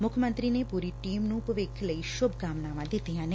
ਮੁੱਖ ਮੰਤਰੀ ਨੇ ਪੂਰੀ ਟੀਮੁੱ ਨੂੰ ਭਵਿੱਖ ਲਈ ਸ਼ਭਕਾਮਨਾਵਾ ਦਿੱਤੀਆਂ ਨੇ